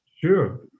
Sure